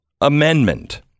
amendment